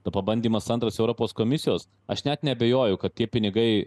pabandymas antras europos komisijos aš net neabejoju kad tie pinigai